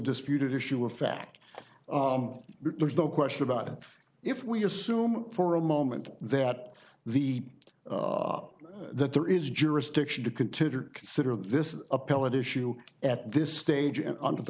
disputed issue of fact there's no question about it if we assume for a moment that the that there is jurisdiction to consider consider this an appellate issue at this stage and under the